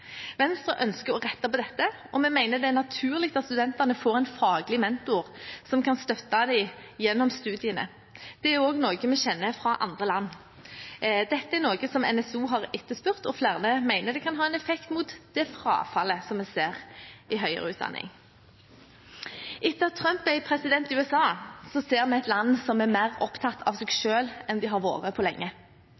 Venstre ønsker å rette på dette, og vi mener det er naturlig at studentene får en faglig mentor som kan støtte dem gjennom studiene. Det er også noe vi kjenner til fra andre land. Dette er noe NSO har etterspurt, og flere mener det kan ha en effekt mot frafallet vi ser i høyere utdanning. Etter at Trump ble president i USA, ser vi et land som er mer opptatt av seg